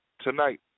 tonight